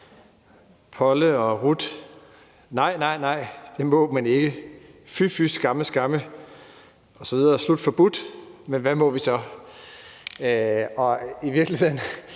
Polle og Ruth: Nej, nej, nej, det må man ikke. Fy, fy, skamme, skamme osv. Slut, forbudt. Men hvad må vi så? Jeg beklager.